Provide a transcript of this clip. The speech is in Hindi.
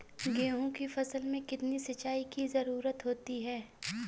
गेहूँ की फसल में कितनी सिंचाई की जरूरत होती है?